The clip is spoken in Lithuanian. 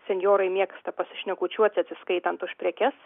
senjorai mėgsta pasišnekučiuoti atsiskaitant už prekes